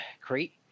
crete